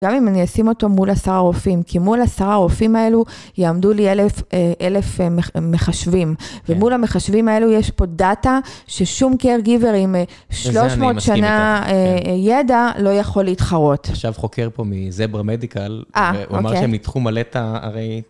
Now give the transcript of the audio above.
גם אם אני אשים אותו מול עשרה רופאים, כי מול עשרה הרופאים האלו יעמדו לי אלף מחשבים, ומול המחשבים האלו יש פה דאטה ששום care giver 300 שנה ידע לא יכול להתחרות. עכשיו חוקר פה מזברה מדיקל אומר שבתחום הדאטה תא הרי...